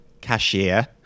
cashier